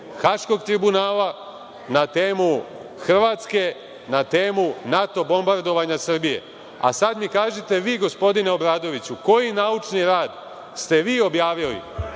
Haškog tribunala, na temu Hrvatske, na temu NATO bombardovanja Srbije. A sad mi kažite vi, gospodine Obradoviću, koji naučni rad ste vi objavili?